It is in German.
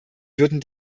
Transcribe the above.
würden